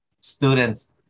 students